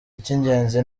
icy’ingenzi